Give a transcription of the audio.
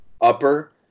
upper